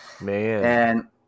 Man